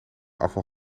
afval